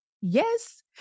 Yes